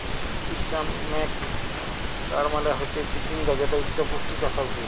ইসনেক গাড় মালে হচ্যে চিচিঙ্গা যেট ইকট পুষ্টিকর সবজি